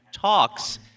talks